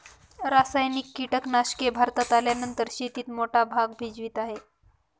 रासायनिक कीटनाशके भारतात आल्यानंतर शेतीत मोठा भाग भजवीत आहे